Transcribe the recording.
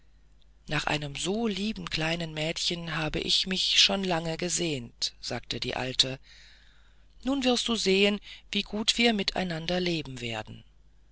nach einem so lieben kleinen mädchen habe ich mich schon lange gesehnt sagte die alte nun wirst du sehen wie gut wir mit einander leben werden